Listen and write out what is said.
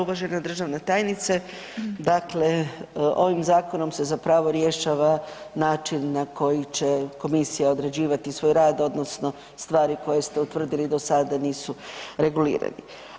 Uvažena državna tajnice, dakle ovim zakonom se zapravo rješavana način na koji će komisija određivati svoj rad odnosno stvari koje ste utvrdi do sada da nisu regulirani.